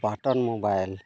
button mobile